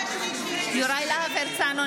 (קוראת בשם חבר הכנסת) יוראי להב הרצנו,